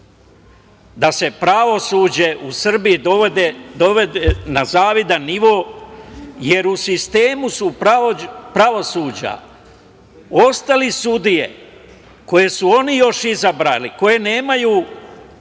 da se pravosuđe u Srbiji dovode na zavidan nivo, jer u sistemu su pravosuđa, ostale sudije koje su oni još izabrali koje nemaju